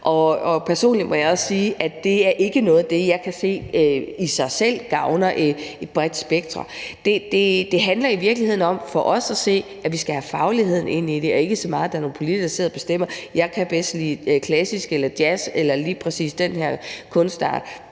og personligt må jeg også sige, at det ikke er noget, jeg kan se i sig selv gavner et bredt spekter. Det handler for os at se i virkeligheden om, at vi skal have fagligheden ind i det, og ikke så meget om, at der er nogle politikere, der sidder og bestemmer, om de bedst kan lide klassisk eller jazz eller lige præcis den her kunstart,